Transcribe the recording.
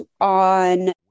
on